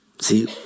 See